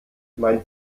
mein